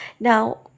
now